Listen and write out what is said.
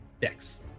Dex